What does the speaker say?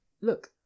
Look